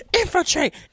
Infiltrate